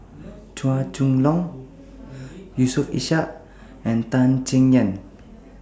Chua Chong Long Yusof Ishak and Tan Chay Yan